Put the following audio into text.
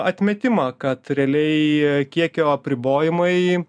atmetimą kad realiai kiekio apribojimai